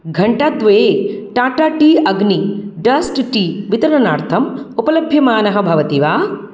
घण्टाद्वये टाटा टी अग्नी dust tea वितरणार्थम् उपलभ्यमानः भवति वा